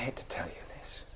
to tell you this.